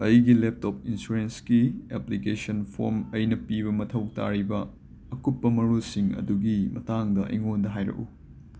ꯑꯩꯒꯤ ꯂꯦꯞꯇꯣꯞ ꯏꯟꯁꯨꯔꯦꯟꯁꯒꯤ application form ꯑꯩꯅ ꯄꯤꯕ ꯃꯊꯧ ꯇꯥꯔꯤꯕ ꯑꯀꯨꯞꯄ ꯃꯔꯣꯜꯁꯤꯡ ꯑꯗꯨꯒꯤ ꯃꯇꯥꯡꯗ ꯑꯩꯉꯣꯟꯗ ꯍꯥꯏꯔꯛꯎ